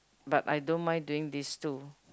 but I don't mind doing these two